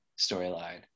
storyline